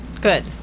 Good